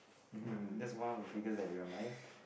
um hm um hm that's one of the figures that you admire